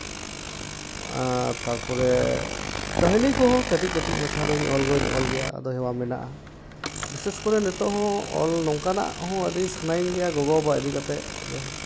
ᱟᱨ ᱛᱟᱯᱚᱨᱮ ᱠᱟᱹᱦᱱᱤ ᱠᱚᱦᱚᱸ ᱠᱟᱹᱴᱤᱡᱼᱠᱟᱹᱴᱤᱡ ᱢᱟᱪᱷᱟ ᱫᱚᱧ ᱚᱞ ᱫᱚᱧ ᱚᱞ ᱜᱮᱭᱟ ᱟᱫᱚ ᱦᱮᱣᱟ ᱢᱮᱱᱟᱜᱼᱟ ᱵᱤᱥᱮᱥ ᱠᱚᱨᱮ ᱱᱤᱛᱚᱜ ᱦᱚᱸ ᱚᱞ ᱱᱚᱝᱠᱟᱱᱟᱜ ᱦᱚᱸ ᱟᱹᱰᱤ ᱥᱟᱱᱟᱧ ᱜᱮᱭᱟ ᱜᱚᱜᱚᱼᱵᱟᱵᱟ ᱤᱫᱤ ᱠᱟᱛᱮᱫ